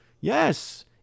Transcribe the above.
yes